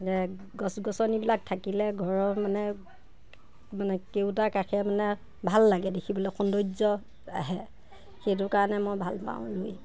যে গছ গছনিবিলাক থাকিলে ঘৰৰ মানে মানে কেউটা কাষে মানে ভাল লাগে দেখিবলৈ সৌন্দৰ্য আহে সেইটো কাৰণে মই ভাল পাওঁ ৰুই